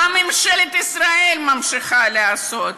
מה ממשלת ישראל ממשיכה לעשות?